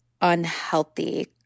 unhealthy